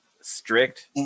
strict